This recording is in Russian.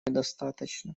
недостаточно